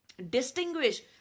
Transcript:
Distinguish